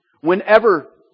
whenever